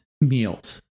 meals